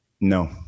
No